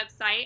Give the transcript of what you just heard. website